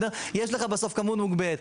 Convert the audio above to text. יש לך בסוף כמות מוגבלת.